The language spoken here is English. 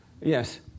Yes